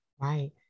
Right